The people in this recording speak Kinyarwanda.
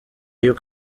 y’uko